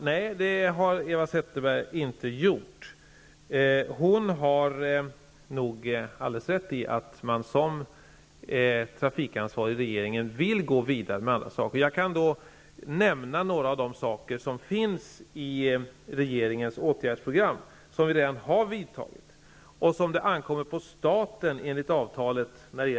Fru talman! Nej, Eva Zetterberg har inte missupfattat det hela. Hon har nog alldeles rätt i att jag som trafikansvarig i regeringen vill gå vidare med andra saker. Jag kan nämna några av de punkter som finns med i regeringens åtgärdsprogram och där åtgärder redan har vidtagits. Enligt avtalet för Stockholm och Göteborg ankommer det på staten att genomföra åtgärderna.